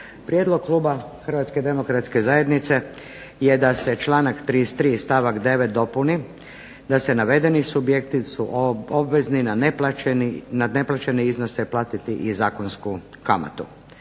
Prijedlog kluba HDZ-a je da se članak 33. stavak 9. dopuni da se navedeni subjekti su obvezni na neplaćene iznose platiti i zakonsku kamatu